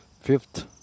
fifth